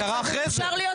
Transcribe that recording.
זה קרה אחרי שהוא נבחר.